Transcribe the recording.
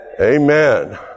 Amen